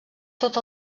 tot